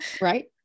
right